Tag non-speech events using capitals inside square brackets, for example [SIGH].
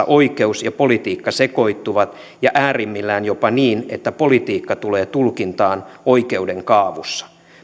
[UNINTELLIGIBLE] oikeus ja politiikka sekoittuvat ja äärimmillään jopa niin että politiikka tulee tulkintaan oikeuden kaavussa